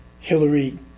Hillary